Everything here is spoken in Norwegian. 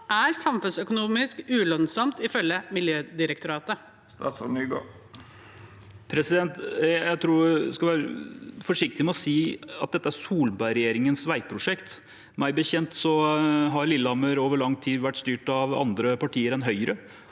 er samfunnsøkonomisk ulønnsomt, ifølge Miljødirektoratet? Statsråd Jon-Ivar Nygård Jeg tror man skal være forsiktig med å si at dette er Solberg-regjeringens veiprosjekt. Meg bekjent har Lillehammer over lang tid vært styrt av andre partier enn Høyre.